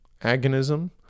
agonism